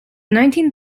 nineteen